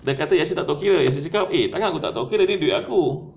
dia kata yasin tak tahu kira yasin cakap eh takkan aku tak tahu kira ni duit aku